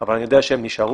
אבל אני יודע שהם נשארו.